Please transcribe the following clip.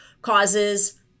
causes